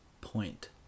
...point